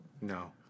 No